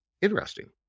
interesting